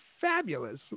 fabulous